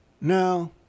No